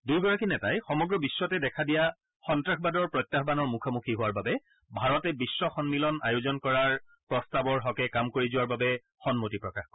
দুয়োগৰাকী নেতাই সমগ্ৰ বিশ্বতে দেখা দিয়া সন্ত্ৰাসবাদৰ প্ৰত্যাহ্য়নৰ মুখামুখি হোৱাৰ বাবে ভাৰতে বিশ্ব সন্মিলন আয়োজন কৰাৰ প্ৰস্তাৱৰ হকে কাম কৰি যোৱাৰ বাবে সন্মতি প্ৰকাশ কৰে